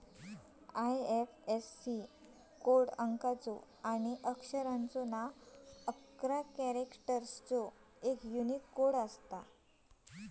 IFSC code अंकाचो आणि अक्षरांचो अकरा कॅरेक्टर्सचो एक यूनिक कोड असता